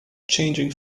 changing